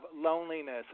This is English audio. loneliness